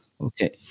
Okay